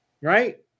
right